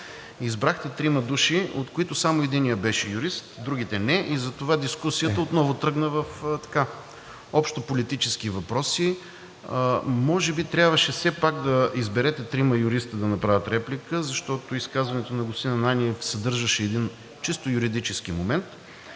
избрахте трима души, от които само единият беше юрист, другите не, и затова дискусията отново тръгна в общополитически въпроси. Може би трябваше все пак да изберете трима юристи да направят реплика, защото изказването на господин Ананиев съдържаше един чисто юридически момент.